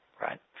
right